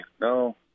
no